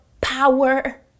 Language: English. power